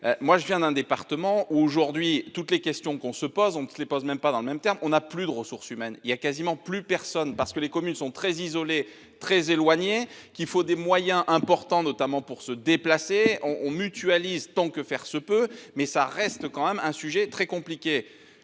Moi je viens d'un département aujourd'hui toutes les questions qu'on se pose on se se les pose même pas dans le même temps, on a plus de ressources humaines. Il y a quasiment plus personne parce que les communes sont très isolées très éloigné qu'il faut des moyens importants, notamment pour se déplacer, on on mutualise tant que faire se peut, mais ça reste quand même un sujet très compliqué